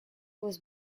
was